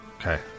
Okay